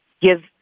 give